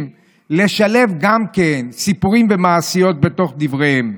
לשלב גם סיפורים ומעשיות בתוך דבריהם.